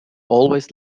always